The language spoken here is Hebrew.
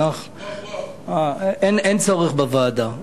אין צורך בוועדה.